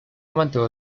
mantuvo